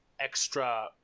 extra